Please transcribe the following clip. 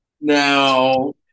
Now